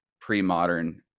pre-modern